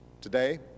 Today